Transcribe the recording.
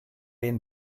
den